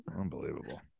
Unbelievable